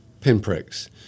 pinpricks